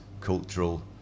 cultural